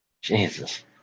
Jesus